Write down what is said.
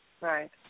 Right